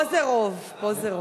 פה זה רוב, פה זה רוב,